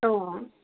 অঁ